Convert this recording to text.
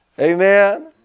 Amen